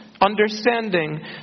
understanding